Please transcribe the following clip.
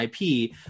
IP